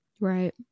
Right